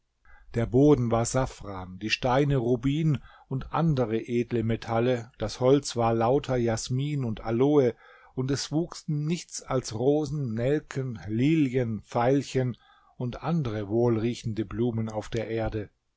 der boden war safran die steine rubin und andere edle metalle das holz war lauter jasmin und aloe und es wuchsen nichts als rosen nelken lilien veilchen und andere wohlriechende blumen auf der erde